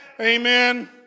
Amen